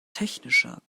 technischer